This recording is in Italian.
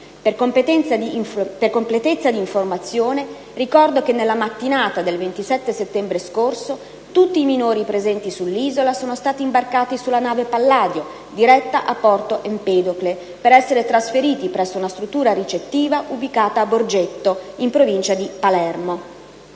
Per completezza di informazione, ricordo che nella mattinata del 27 settembre scorso tutti i minori presenti sull'isola sono stati imbarcati sulla nave Palladio, diretta a Porto Empedocle, per essere trasferiti presso una struttura ricettiva ubicata a Borgetto, in provincia di Palermo.